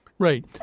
Right